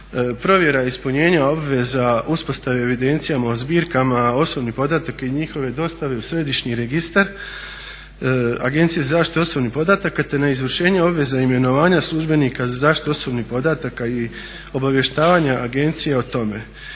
provjera ispunjenja obveza uspostave evidencija o zbirkama, osobnih podataka i njihove dostave u središnji registar Agencija za zaštitu osobnih podataka te na izvršenje obveza imenovanja službenika za zaštitu osobnih podataka i obavještavanja agencije o tome.